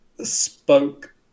spoke